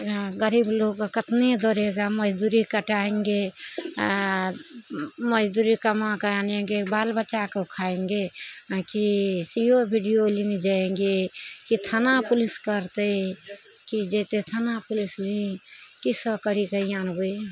गरीब लोगके कतने दौड़ेगा मजदूरी कटायेंगे मजदूरी कमा कऽ आनेंगे बाल बच्चा को खायेंगे की C O B D O लग जायेंगे कि थाना पुलिस करतइ कि जेतय थाना पुलिस भीर की सब करीके आनबय